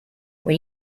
when